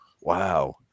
wow